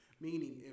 Meaning